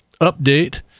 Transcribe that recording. update